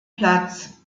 platz